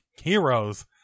heroes